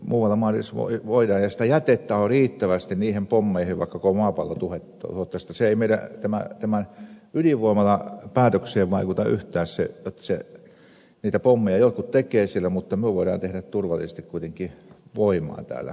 muualla maailmassa voidaan ja sitä jätettä on riittävästi niihin pommeihin vaikka koko maapallo tuhottaisiin että se ei meidän tähän ydinvoimalapäätökseen vaikuta yhtään jotta niitä pommeja jotkut tekevät siellä mutta me voidaan tehdä turvallisesti kuitenkin voimaa täällä sähköä